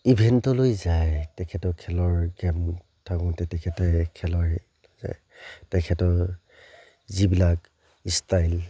ইভেণ্টলৈ যায় তেখেতৰ খেলৰ গেম থাকোঁতে তেখেতে খেলৰ হেৰিত যায় তেখেতৰ যিবিলাক ষ্টাইল